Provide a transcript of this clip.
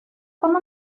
cuando